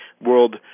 world